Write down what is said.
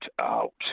out